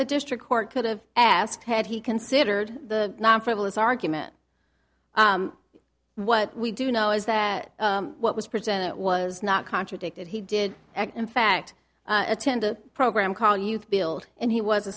the district court could have asked had he considered the non frivolous argument what we do know is that what was presented was not contradicted he did in fact attend a program called youth build and he was a